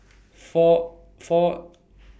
four four